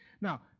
Now